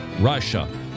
Russia